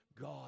God